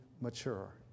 mature